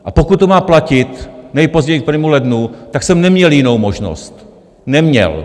Ale pokud to má platit nejpozději k 1. lednu, tak jsem neměl jinou možnost, neměl.